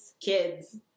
Kids